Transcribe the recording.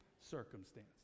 circumstance